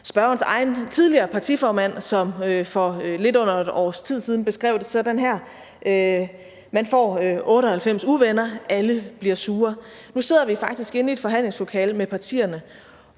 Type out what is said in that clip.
spørgerens egen tidligere partiformand, som for lidt under et års tid siden beskrev det sådan her: Man får 98 uvenner, alle bliver sure. Nu sidder vi faktisk inde i et forhandlingslokale med partierne